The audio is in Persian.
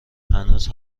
هنوز